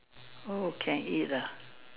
oh can eat ah